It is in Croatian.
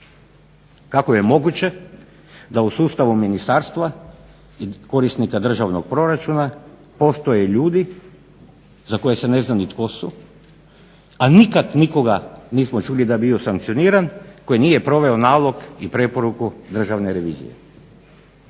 Kako je moguće da u sustavu ministarstva korisnika državnog proračuna postoje ljudi za koje se ne zna ni tko su, a nikada nikoga nismo čuli da je bio sankcioniran koji nije proveo nalog i preporuku Državne revizije.